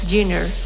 Junior